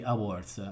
Awards